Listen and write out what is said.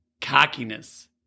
cockiness